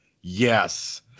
Yes